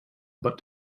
but